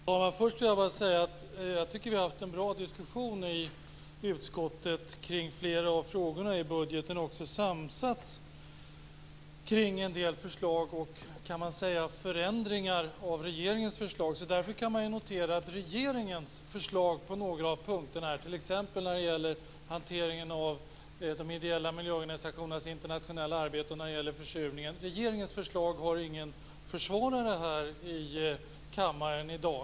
Fru talman! Först vill jag säga att jag tycker att vi har haft en bra diskussion i utskottet kring flera av frågorna i budgeten och också samsats kring en del förslag och förändringar av regeringens förslag. Därför kan man notera att regeringens förslag på några av punkterna, t.ex. när det gäller hanteringen av de ideella miljöorganisationernas internationella arbete och försurningen, inte har någon försvarare i kammaren i dag.